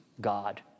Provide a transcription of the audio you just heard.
God